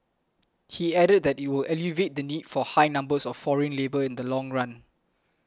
he added that it will alleviate the need for high numbers of foreign labour in the long run